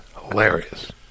hilarious